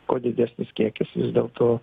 kuo didesnis kiekis vis dėlto